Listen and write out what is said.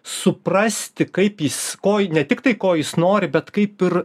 suprasti kaip jis ko jis tiktai ko jis nori bet kaip ir